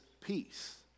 peace